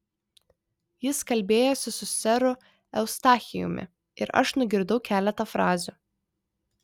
jis kalbėjosi su seru eustachijumi ir aš nugirdau keletą frazių